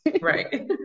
Right